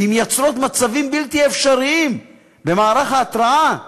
ומייצרות מצבים בלתי אפשריים במערך ההרתעה שלנו.